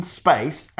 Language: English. space